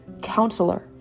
Counselor